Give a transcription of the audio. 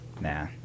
Nah